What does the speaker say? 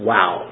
Wow